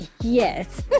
yes